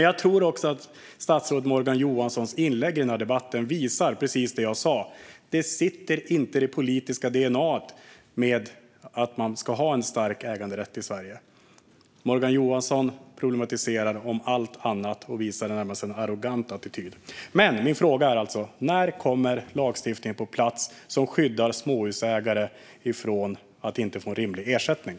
Jag tror också att statsrådet Morgan Johanssons inlägg i den här debatten visar precis det jag sa, nämligen att det inte sitter i det politiska dna:t att man ska ha en stark äganderätt i Sverige. Morgan Johansson problematiserar allt annat och visar närmast en arrogant attityd. När kommer lagstiftningen på plats som skyddar småhusägare från att inte få rimlig ersättning?